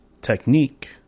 Technique